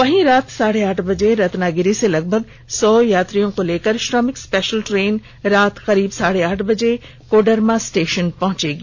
वहीं रात साढ़े आठ बजे रत्नागिरी से लगभग सौ यात्रियों को लेकर श्रमिक स्पेषल ट्रेन रात करीब साढ़े आठ बजे कोडरमा स्टेषन पहुंचेगी